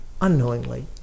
unknowingly